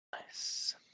Nice